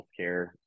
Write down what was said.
healthcare